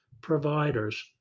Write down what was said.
providers